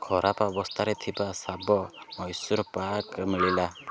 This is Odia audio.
ଖରାପ ଅବସ୍ଥାରେ ଥିବା ଶାବ ମୈସୁର ପାର୍କ୍ ମିଳିଲା